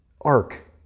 ark